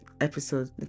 Episode